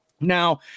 Now